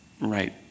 right